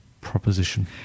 proposition